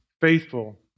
faithful